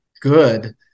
good